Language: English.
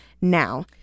now